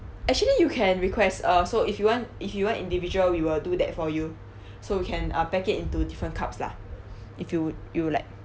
actually you can request uh so if you want if you want individual we will do that for you so you can uh packet into different cups lah if you you'd like